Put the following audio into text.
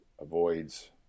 avoids